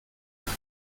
pour